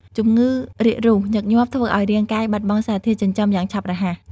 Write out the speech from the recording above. ជំងឺរាគរូសញឹកញាប់ធ្វើឱ្យរាងកាយបាត់បង់សារធាតុចិញ្ចឹមយ៉ាងឆាប់រហ័ស។